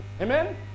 Amen